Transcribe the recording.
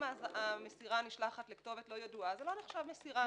אם המסירה נשלחת לכתובת לא ידועה זה לא נחשב מסירה.